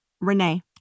Renee